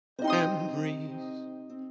Memories